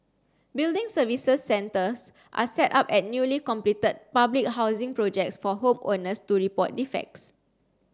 building services centres are set up at newly completed public housing projects for home owners to report defects